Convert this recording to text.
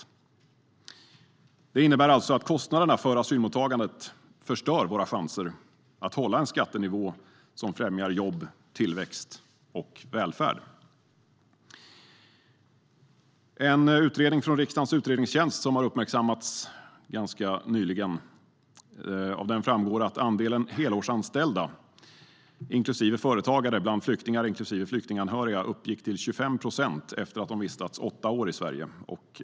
Detta innebär att kostnaderna för asylmottagandet förstör våra chanser att hålla en skattenivå som främjar jobb, tillväxt och välfärd. Av en utredning från riksdagens utredningstjänst som har uppmärksammats nyligen, framgår att andelen helårsanställda, inklusive företagare bland flyktingar, inbegripet flyktinganhöriga, uppgick till 25 procent efter att de vistats åtta år i Sverige.